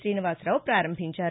శ్రీనివాసరావు పారంభించారు